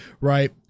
right